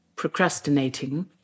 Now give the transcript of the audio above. procrastinating